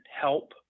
help